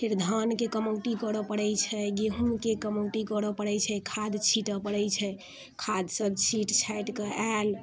फिर धानके कमौटी करऽ पड़ैत छै गेहुँमके कमौटी करऽ पड़ैत छै खाद छिटऽ पड़ैत छै खाद सभ छीट छाटि कऽ आयल